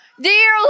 dear